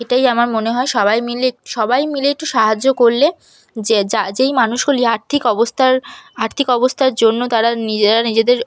এটাই আমার মনে হয় সবাই মিলে এক সবাই মিলে একটু সাহায্য করলে যে যা যেই মানুষগুলি আর্থিক অবস্থার আর্থিক অবস্থার জন্য তারা নিজেরা নিজেদের